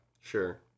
Sure